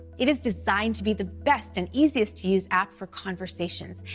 it is designed to be the best and easiest-to-use app for conversations.